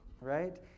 right